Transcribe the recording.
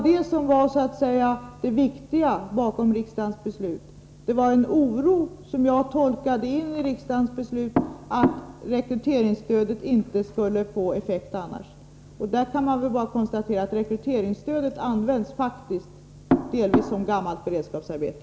Det viktiga bakom riksdagens beslut var en oro för att rekryteringsstödet inte skulle få effekt annars. Jag kan bara konstatera att rekryteringsstödet används faktiskt delvis som ”gammalt” beredskapsarbete.